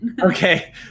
Okay